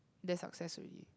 that's success already